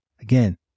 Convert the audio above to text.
Again